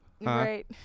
Right